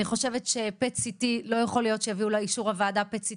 אני חושבת ש-PET CT לא יכול להיות שיביאו לאישור הוועדה PET CT